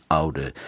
oude